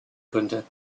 könnte